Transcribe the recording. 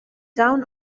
town